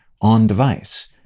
on-device